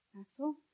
Axel